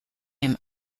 him